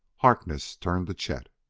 harkness turned to chet.